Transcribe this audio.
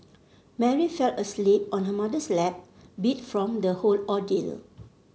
Mary fell asleep on her mother's lap beat from the whole ordeal